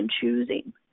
choosing